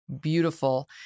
beautiful